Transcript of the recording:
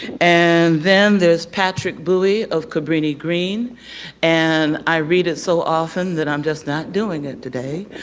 and then there's patrick bouie of cabrini green and i read it so often that i'm just not doing it today.